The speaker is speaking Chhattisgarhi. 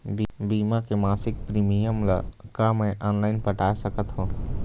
बीमा के मासिक प्रीमियम ला का मैं ऑनलाइन पटाए सकत हो?